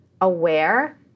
aware